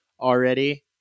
already